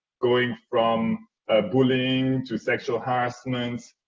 going from bullying to sexual harassment,